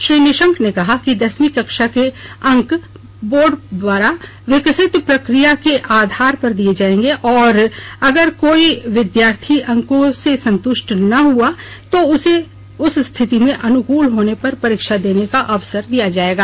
श्री निशंक ने कहा कि दसवीं कक्षा के अंक बोर्ड द्वारा विकसित प्रक्रिया के आधार पर दिए जाएंगे और अगर कोई विद्यार्थी अंकों से संतुष्ट न हुआ तो उसे स्थिति अनुकूल होने पर परीक्षा देने का अवसर दिया जाएगा